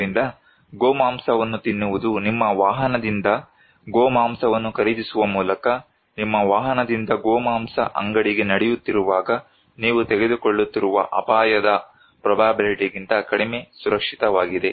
ಆದ್ದರಿಂದ ಗೋಮಾಂಸವನ್ನು ತಿನ್ನುವುದು ನಿಮ್ಮ ವಾಹನದಿಂದ ಗೋಮಾಂಸವನ್ನು ಖರೀದಿಸುವ ಮೂಲಕ ನಿಮ್ಮ ವಾಹನದಿಂದ ಗೋಮಾಂಸ ಅಂಗಡಿಗೆ ನಡೆಯುತ್ತಿರುವಾಗ ನೀವು ತೆಗೆದುಕೊಳ್ಳುತ್ತಿರುವ ಅಪಾಯದ ಪ್ರೊಬ್ಯಾಬಿಲ್ಟಿಗಿಂತ ಕಡಿಮೆ ಸುರಕ್ಷಿತವಾಗಿದೆ